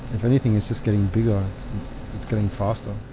if anything, it's just getting bigger and it's getting faster.